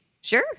sure